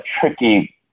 tricky